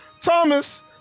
Thomas